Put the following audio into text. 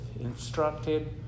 instructed